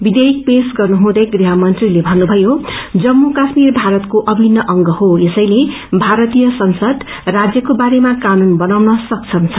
विषेयक पेश्न गर्नुहुद्दै दृहमंत्रीले थन्नुथयो जम्मू काश्मीर भारताके अभिन्न अंग हो यसेले भारतीय संसद राज्यक्रो बारेमा कानून बनाउन सक्षम छ